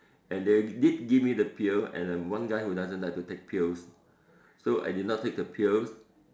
and they did give me the pill and I'm one guy who doesn't like to take pills so I did not take the pills